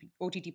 OTT